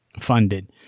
funded